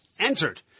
entered